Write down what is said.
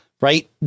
Right